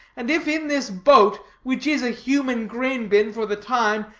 and if in this boat, which is a human grain-bin for the time,